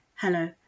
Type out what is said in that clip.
Hello